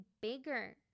bigger